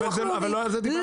אבל לא על זה אני מדבר.